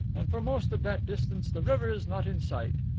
and for most of that distance the river is not in sight.